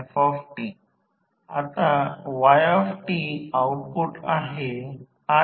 तर ऑटोट्रान्सफॉर्मर साठी घेतल्यास हे V1 आहे आणि प्रवाह I1 समजा V1 I1 आणि आऊटपुट आम्ही V2 साठी I2 I1घेत आहोत